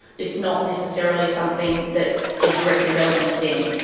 it's not necessarily something that is directly relevant to them.